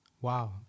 Wow